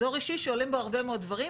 אזור אישי שעולים בו הרבה מאוד דברים.